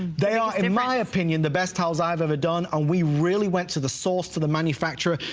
they are, and in my opinion, the best else i've ever done. and we really went to the source, to the manufacturer,